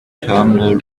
thermal